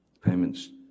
payments